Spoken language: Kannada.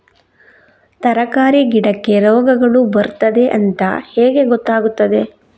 ತರಕಾರಿ ಗಿಡಕ್ಕೆ ರೋಗಗಳು ಬರ್ತದೆ ಅಂತ ಹೇಗೆ ಗೊತ್ತಾಗುತ್ತದೆ?